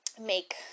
make